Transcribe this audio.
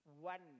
one